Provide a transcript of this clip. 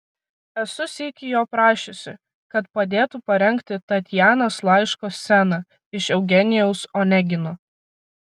esu sykį jo prašiusi kad padėtų parengti tatjanos laiško sceną iš eugenijaus onegino